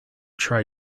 try